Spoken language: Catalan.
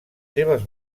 seves